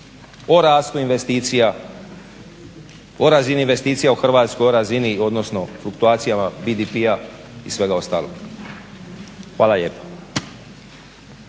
o razini investicija u Hrvatskoj o razini odnosno o fluktuacijama GDP i svega ostalog. Hvala lijepa.